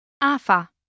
AFA